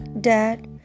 Dad